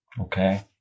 Okay